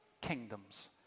kingdoms